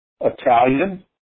Italian